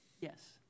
Yes